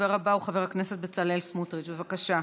הדובר הבא הוא חבר הכנסת בצלאל סמוטריץ', בבקשה.